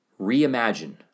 reimagine